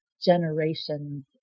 generations